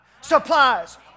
supplies